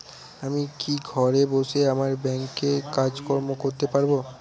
আমি কি ঘরে বসে আমার ব্যাংকের কাজকর্ম করতে পারব?